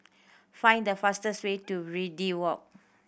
find the fastest way to Verde Walk